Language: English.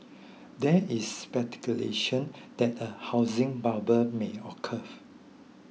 there is that a housing bubble may occur